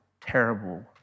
terrible